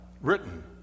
written